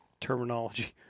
Terminology